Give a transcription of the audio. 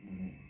mm